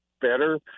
better